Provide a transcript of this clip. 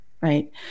Right